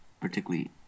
particularly